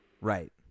Right